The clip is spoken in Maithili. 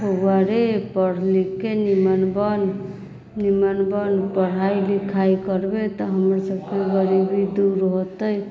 बौआ रे पढ़ि लिखिके नीमन बन नीमन बन पढ़ाइ लिखाइ करबे तऽ हमरसभके गरीबी दूर हौते